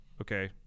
okay